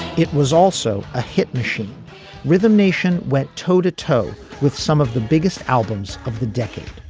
it was also a hit machine rhythm nation went toe to toe with some of the biggest albums of the decade